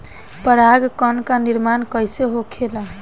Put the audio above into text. पराग कण क निर्माण कइसे होखेला?